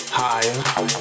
higher